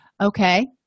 Okay